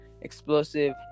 explosive